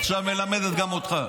עכשיו היא מלמדת גם אותך.